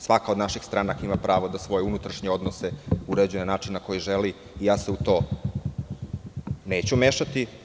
Svaka od naših stranaka ima pravo da svoje unutrašnje odnose uređuje na način na koji želi i ja se u to neću mešati.